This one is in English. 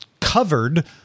covered